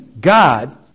God